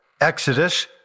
Exodus